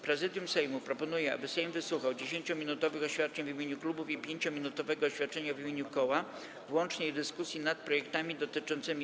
Prezydium Sejmu proponuje, aby Sejm wysłuchał 10-minutowych oświadczeń w imieniu klubów i 5-minutowego oświadczenia w imieniu koła w łącznej dyskusji nad projektami dotyczącymi